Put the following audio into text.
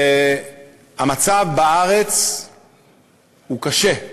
המצב בארץ קשה,